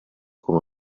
come